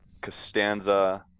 Costanza